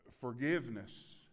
forgiveness